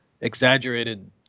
exaggerated